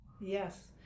Yes